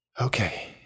Okay